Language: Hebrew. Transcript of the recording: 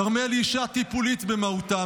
כרמל היא אישה טיפולית במהותה,